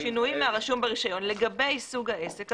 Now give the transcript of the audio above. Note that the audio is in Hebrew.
שינויים מהרשום ברישיון לגבי סוג העסק,